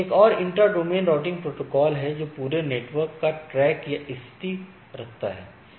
एक और intra domain routing protocol है जो पूरे नेटवर्क का ट्रैक या स्थिति रखता है